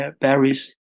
berries